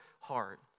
heart